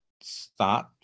Start